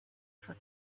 for